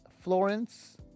Florence